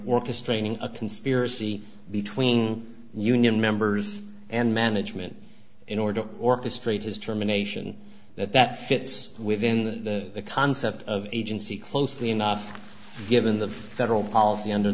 orchestrating a conspiracy between union members and management in order orchestrate his determination that that fits within the concept of agency closely enough given the federal policy under